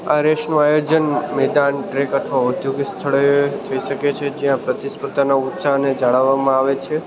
આ રેસનું આયોજન મેદાન ટ્રેક અથવા ઔદ્યોગિક સ્થળે થઈ શકે છે જ્યાં પ્રતિસ્પર્ધાનો ઉત્સાહને જાળવવામાં આવે છે